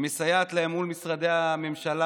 היא מסייעת להם מול משרדי הממשלה,